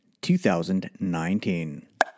2019